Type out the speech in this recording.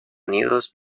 unidos